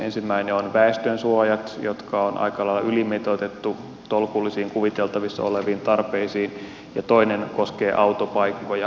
ensimmäinen on väestönsuojat jotka on aika lailla ylimitoitettu tolkullisiin kuviteltavissa oleviin tarpeisiin ja toinen koskee autopaikkoja